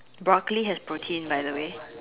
broccoli has protein by the way